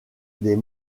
des